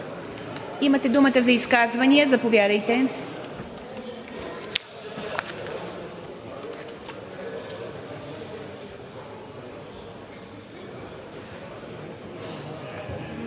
Имате думата за изказвания. Заповядайте.